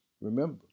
Remember